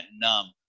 numb